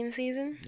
season